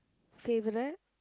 favourite